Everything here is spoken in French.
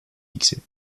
fixée